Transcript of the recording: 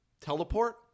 teleport